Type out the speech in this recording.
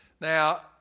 Now